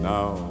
Now